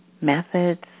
methods